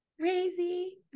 crazy